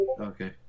okay